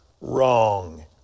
Wrong